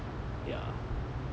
ya